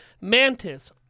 mantis